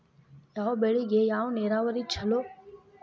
ಯಾವ ಬೆಳಿಗೆ ಯಾವ ನೇರಾವರಿ ಛಲೋ?